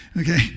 Okay